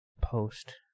post